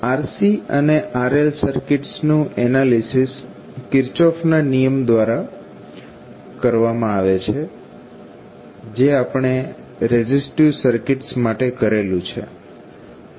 RC અને RL સર્કિટ્સનું analysis Kirchhoff ના નિયમ kirchhoff's law દ્વારા કરવામાં આવે છે જે આપણે રેઝીસ્ટિવ સર્કિટ્સ માટે કરેલુ છે